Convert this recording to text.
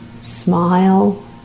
smile